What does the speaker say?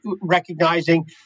recognizing